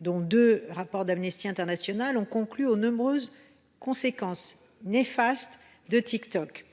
dont deux rapports d’Amnesty International, ont conclu aux nombreuses conséquences néfastes de TikTok :